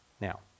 Now